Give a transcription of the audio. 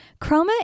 Chroma